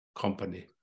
company